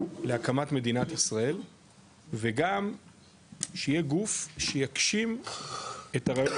להקמת מדינת ישראל וגם שיהיה גוף שיגשים את הרעיון הציוני,